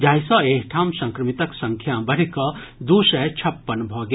जाहि सँ एहिठाम संक्रमितक संख्या बढ़ि कऽ दू सय छप्पन भऽ गेल